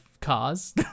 cars